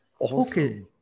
Okay